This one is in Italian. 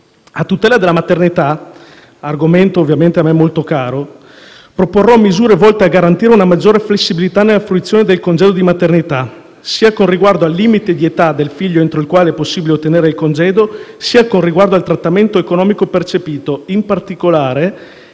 A tutela della maternità, argomento a me molto caro, proporrò misure volte a garantire una maggiore flessibilità nella fruizione del congedo di maternità, sia con riguardo al limite di età del figlio entro il quale è possibile ottenere il congedo, sia con riguardo al trattamento economico percepito. In particolare,